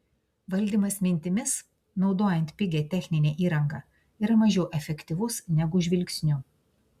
valdymas mintimis naudojant pigią techninę įrangą yra mažiau efektyvus negu žvilgsniu